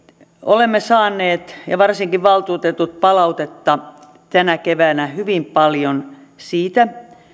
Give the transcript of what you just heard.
olemme saaneet ja varsinkin valtuutetut hyvin paljon palautetta tänä keväänä siitä